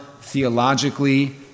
theologically